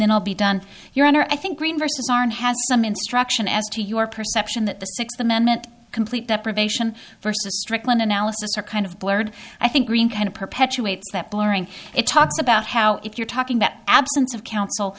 then i'll be done your honor i think green versus aren't has some instruction as to your perception that the sixth amendment complete deprivation versus strickland analysis are kind of blurred i think green kind of perpetuates that blurring it talks about how if you're talking about absence of coun